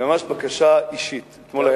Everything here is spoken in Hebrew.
ממש בקשה אישית, אתה